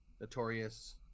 Notorious